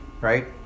right